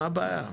מה הבעיה?